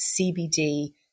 CBD